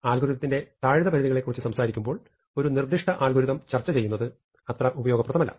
അൽഗോരിതത്തിന്റെ താഴ്ന്ന പരിധികളെക്കുറിച്ച് സംസാരിക്കുമ്പോൾ ഒരു നിർദ്ദിഷ്ട അൽഗോരിതം ചർച്ചചെയ്യുന്നത് അത്ര ഉപയോഗപ്രദമല്ല